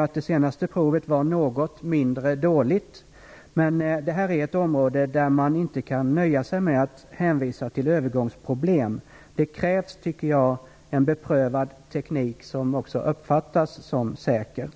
att det senaste provet var något mindre dåligt, som försvarsministern säger, men detta är ett område där man inte kan nöja sig med att hänvisa till övergångsproblem. Det krävs, tycker jag, en beprövad teknik som också uppfattas som säker.